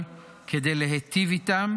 כדי להיטיב איתם,